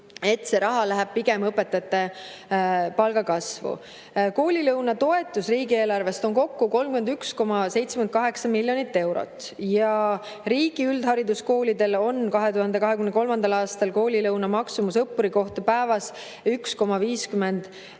et see raha läheb pigem õpetajate palga kasvu. Koolilõuna toetus riigieelarvest on kokku 31,78 miljonit eurot, riigi üldhariduskoolidel on 2023. aastal koolilõuna maksumus õppuri kohta päevas 1,50